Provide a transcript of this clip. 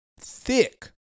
thick